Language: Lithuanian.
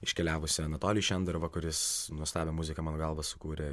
iškeliavusį anatolijų šenderovą kuris nuostabią muziką mano galva sukūrė